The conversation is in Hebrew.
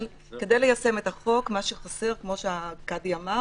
אבל כדי ליישם את החוק, מה שחסר, כמו שהקאדי אמר,